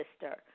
sister